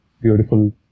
beautiful